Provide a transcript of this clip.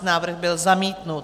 Návrh byl zamítnut.